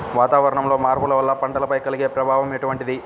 వాతావరణంలో మార్పుల వల్ల పంటలపై కలిగే ప్రభావం ఎటువంటిది?